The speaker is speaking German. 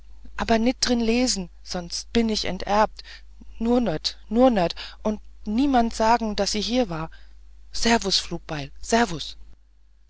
aber net drin lesen sonst bin ich enterbt nur nöt nur nöt und niemand sagen daß i hier war servus flugbeil servus